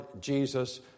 Jesus